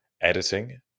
editing